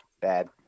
Bad